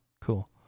cool